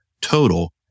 total